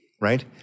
right